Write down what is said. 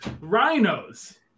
rhinos